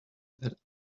that